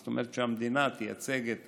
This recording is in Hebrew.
זאת אומרת שהמדינה תייצג את